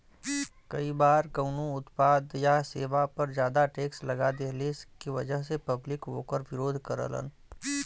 कई बार कउनो उत्पाद या सेवा पर जादा टैक्स लगा देहले क वजह से पब्लिक वोकर विरोध करलन